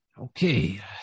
okay